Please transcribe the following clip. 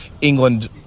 England